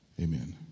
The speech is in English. Amen